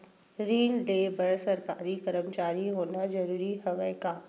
ऋण ले बर सरकारी कर्मचारी होना जरूरी हवय का?